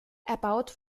erbaut